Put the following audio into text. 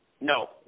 No